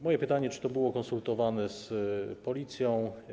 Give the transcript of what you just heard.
Moje pytanie: Czy to było konsultowane z policją?